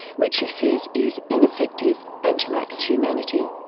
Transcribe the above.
which he says is ineffective and lacks humanity.